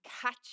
catch